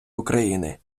україни